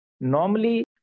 Normally